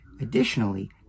Additionally